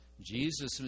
Jesus